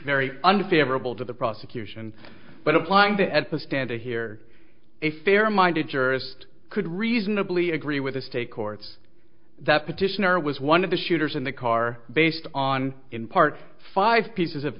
very unfavorable to the prosecution but applying that at the stand to hear a fair minded jurist could reasonably agree with the state courts that petitioner was one of the shooters in the car based on in part five pieces of